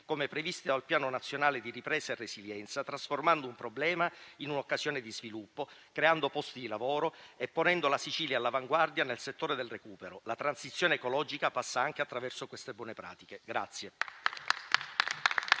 come previsti dal Piano nazionale di ripresa e resilienza, trasformando un problema in un'occasione di sviluppo, creando posti di lavoro e ponendo la Sicilia all'avanguardia nel settore del recupero. La transizione ecologica passa anche attraverso queste buone pratiche.